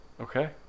Okay